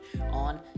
on